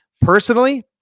Personally